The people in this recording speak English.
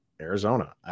Arizona